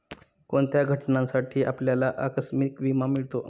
कोणत्या घटनांसाठी आपल्याला आकस्मिक विमा मिळतो?